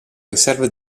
riserva